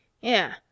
Yeah